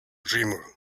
dreamer